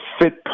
fit